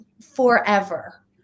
forever